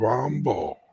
Rumble